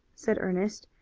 said ernest,